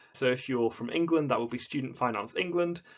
so if you're from england that will be student finance england,